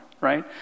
right